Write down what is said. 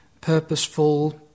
purposeful